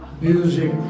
music